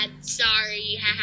sorry